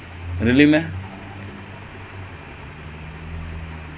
and if he gets injured ya ya really dude I think over two past two years right